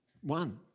One